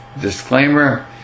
disclaimer